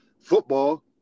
football